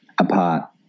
apart